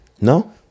No